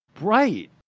Right